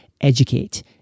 educate